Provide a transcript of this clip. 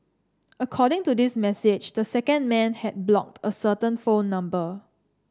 according to this message this second man had blocked a certain phone number